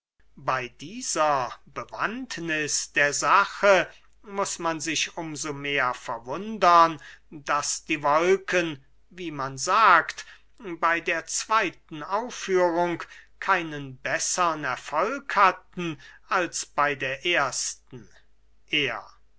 bey dieser bewandtniß der sache muß man sich um so mehr verwundern daß die wolken wie man sagt bey der zweyten aufführung keinen bessern erfolg hatten als bey der ersten er